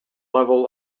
level